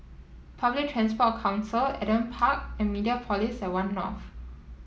Public Transport Council Adam Park and Mediapolis at One North